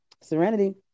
Serenity